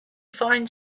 find